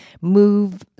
move